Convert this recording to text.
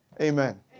Amen